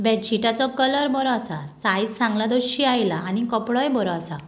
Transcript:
बेडशिटाचो colour बरो आसा size सांगला तश्शी आयला आनी कपडोय बरो आसा